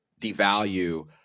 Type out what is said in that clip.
devalue